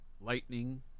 lightning